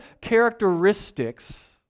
characteristics